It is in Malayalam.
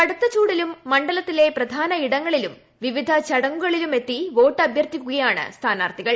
കടുത്ത ചൂടിലും മണ്ഡലത്തിലെ പ്രധാനയിടങ്ങളിലും വിവിധ ചടങ്ങുകളിലുമെത്തി വോട്ടഭ്യർഥിക്കുകയാണ് സ്ഥാനാർഥികൾ